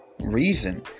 reason